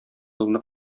елны